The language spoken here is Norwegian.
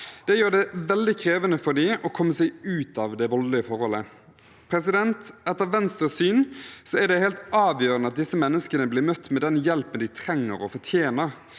Det gjør det veldig krevende for dem å komme seg ut av det voldelige forholdet. Etter Venstres syn er det helt avgjørende at disse menneskene blir møtt med den hjelpen de trenger og fortjener.